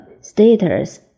status